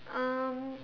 um